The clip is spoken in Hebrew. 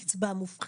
את הקצבה המופחתת?